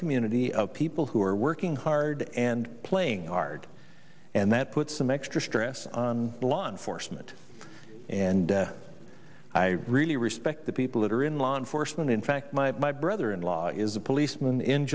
community of people who are working hard and playing hard and that put some extra stress on law enforcement and i really respect the people that are in law enforcement in fact my brother in law is a policeman in